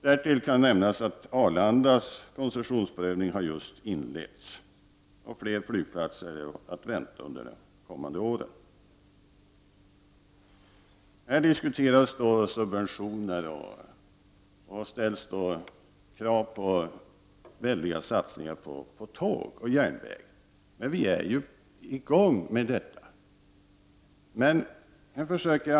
Därtill kan nämnas att Arlandas koncessionsprövning just har inletts, och prövning i fråga om andra flygplatser är att vänta under de kommande åren. Här diskuteras subventioner och ställs krav på väldiga satsningar på tåg och järnväg. Men vi är ju i gång med detta!